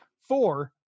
Four